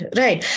right